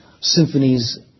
symphonies